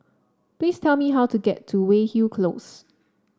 please tell me how to get to Weyhill Close